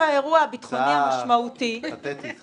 האירוע הביטחוני המשמעותי מאוד --- הצעה פתטית,